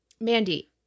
Mandy